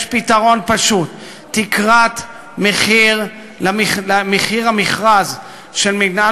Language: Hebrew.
יש פתרון פשוט: תקרת מחיר המכרז של מינהל